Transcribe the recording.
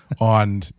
on